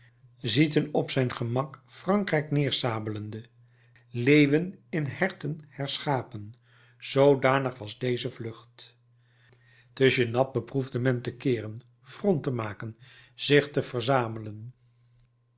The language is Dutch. zieten op zijn gemak frankrijk neersabelende leeuwen in herten herschapen zoodanig was deze vlucht te genappe beproefde men te keeren front te maken zich te verzamelen